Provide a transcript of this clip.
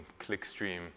clickstream